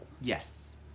Yes